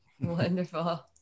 Wonderful